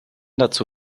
dazu